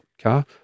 car